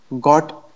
got